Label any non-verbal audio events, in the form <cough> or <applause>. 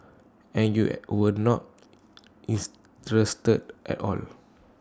and you <unintelligible> were not <unintelligible> interested at all